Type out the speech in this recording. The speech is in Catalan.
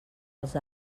els